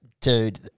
dude